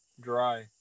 dry